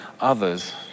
others